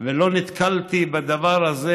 ולא נתקלתי בדבר הזה.